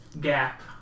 gap